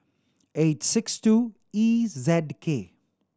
eight six two E Z K